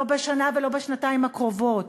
לא בשנה ולא בשנתיים הקרובות.